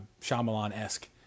Shyamalan-esque